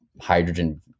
hydrogen